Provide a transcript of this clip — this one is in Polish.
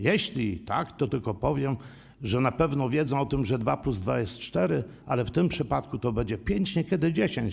Jeśli tak, to tylko powiem, że na pewno wie ona o tym, że dwa plus dwa jest cztery, ale w tym przypadku to będzie pięć, a niekiedy 10.